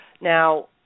now